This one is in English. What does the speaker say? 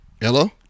Hello